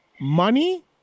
money